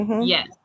Yes